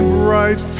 bright